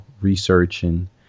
researching